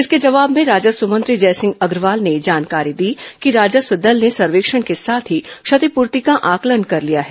इसके जवाब में राजस्व मंत्री जयसिंह अग्रवाल ने जानकारी दी कि राजस्व दल ने सर्वेक्षण के साथ ही क्षतिपूर्ति का आंकलन कर लिया गया है